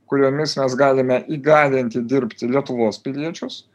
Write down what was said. kuriomis mes galime įgalinti dirbti lietuvos piliečius